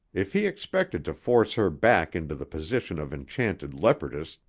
if he expected to force her back into the position of enchanted leopardess,